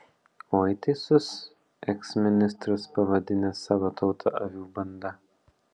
oi teisus eksministras pavadinęs savo tautą avių banda